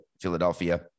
Philadelphia